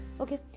Okay